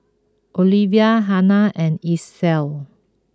Olivia Hanna and Isla